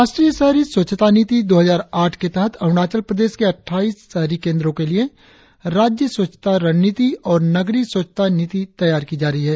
राष्ट्रीय शहरी स्वच्छता नीति दो हजार आठ के तहत अरुणाचल प्रदेश के अट्ठाईस शहरी केंदो के लिए राज्य स्वच्छता रणनीति और नगरीय स्वच्छता नीति तैयार की जा रही है